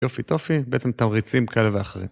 יופי טופי, בעצם תמריצים כאלה ואחרים.